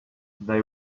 they